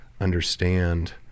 understand